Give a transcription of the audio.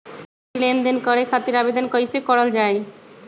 ऋण लेनदेन करे खातीर आवेदन कइसे करल जाई?